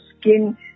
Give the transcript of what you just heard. skin